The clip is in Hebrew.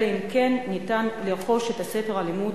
אלא אם כן ניתן לרכוש את ספר הלימוד